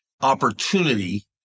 opportunity